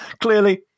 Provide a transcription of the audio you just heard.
Clearly